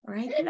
Right